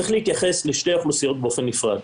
צריך להתייחס לשתי האוכלוסיות באופן נפרד.